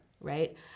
right